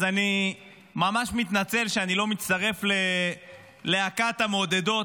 אז אני ממש מתנצל שאני לא מצטרף ללהקת המעודדות